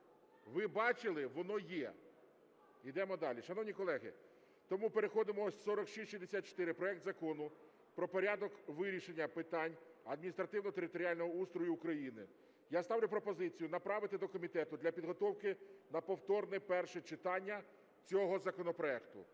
Ви бачили, воно є. Йдемо далі. Шановні колеги, тому переходимо… 4664, проект Закону про порядок вирішення питань адміністративно-територіального устрою України. Я ставлю пропозицію направити до комітету для підготовки на повторне перше читання цього законопроекту.